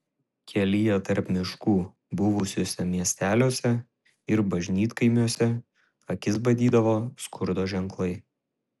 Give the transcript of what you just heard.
kelyje tarp miškų buvusiuose miesteliuose ir bažnytkaimiuose akis badydavo skurdo ženklai